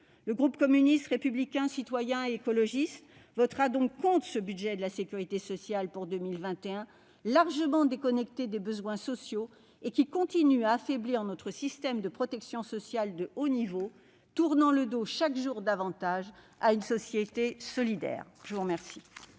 Le groupe communiste républicain citoyen et écologiste votera donc contre ce budget de la sécurité sociale pour 2021, largement déconnecté des besoins sociaux, et qui continue à affaiblir notre système de protection sociale de haut niveau, tournant le dos, chaque jour davantage, à une société solidaire. La parole